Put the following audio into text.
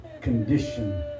condition